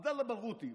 עבדאללה ברגותי,